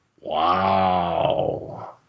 Wow